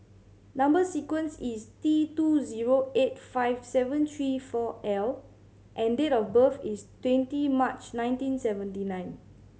number sequence is T two zero eight five seven three four L and date of birth is twenty March nineteen seventy nine